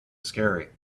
scary